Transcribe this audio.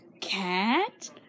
cat